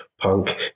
Punk